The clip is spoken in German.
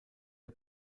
der